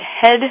head